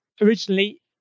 Originally